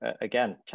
again